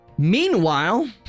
Meanwhile